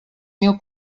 mil